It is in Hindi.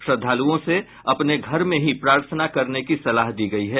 श्रद्वालुओं से अपने घर में ही प्रार्थना करने की सलाह दी गयी है